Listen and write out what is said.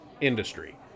industry